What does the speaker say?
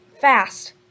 fast